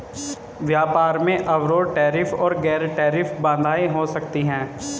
व्यापार में अवरोध टैरिफ और गैर टैरिफ बाधाएं हो सकती हैं